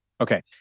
Okay